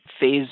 phase